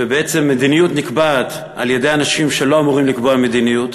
ובעצם המדיניות נקבעת על-ידי אנשים שלא אמורים לקבוע מדיניות,